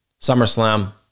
SummerSlam